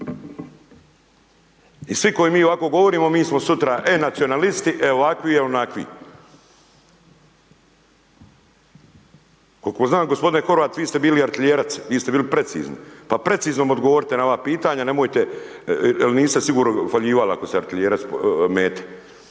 I svi koji mi ovako govorimo mi smo sutra, e nacionalisti, e ovakvi, e onakvi. Kolko znam gospodine Horvat vi ste bili artiljerac, vi ste bili precizni, pa precizno mi odgovorte na ova pitanja nemojte el nisam siguran faljivali ako ste artiljerac mete.